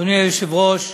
אדוני היושב-ראש,